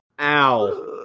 Ow